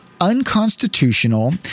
unconstitutional